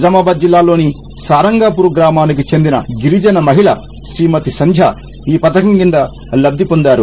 నిజామాబాద్ జిల్లాలోని సారంగపూర్ గ్రామానికి చెందిన గిరిజన మహిళ శ్రీమతి సంధ్య ఈ పథకం కింద లబ్దిపొందారు